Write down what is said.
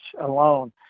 alone